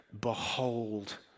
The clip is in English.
Behold